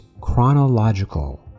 chronological